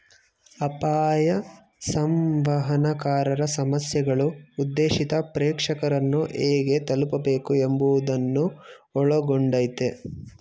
ಅಪಾಯ ಸಂವಹನಕಾರರ ಸಮಸ್ಯೆಗಳು ಉದ್ದೇಶಿತ ಪ್ರೇಕ್ಷಕರನ್ನು ಹೇಗೆ ತಲುಪಬೇಕು ಎಂಬುವುದನ್ನು ಒಳಗೊಂಡಯ್ತೆ